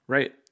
Right